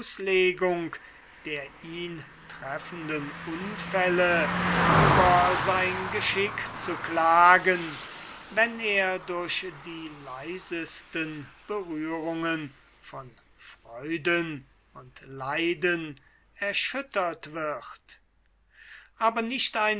der ihn treffenden unfälle über sein geschick zu klagen wenn er durch die leisesten berührungen von freuden und leiden erschüttert wird aber nicht einmal ein